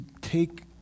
take